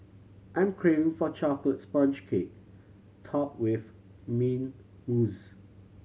I'm craving for chocolate sponge cake top with mint mousse